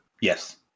Yes